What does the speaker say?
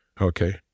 Okay